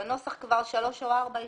לדעתי שלוש או ארבע ישיבות.